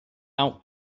out